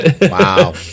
Wow